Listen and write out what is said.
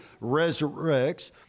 resurrects